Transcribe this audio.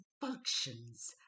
functions